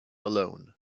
alone